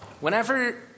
whenever